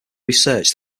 research